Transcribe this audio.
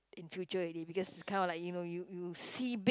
in future already because it's kind of like you know you you see big